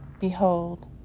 behold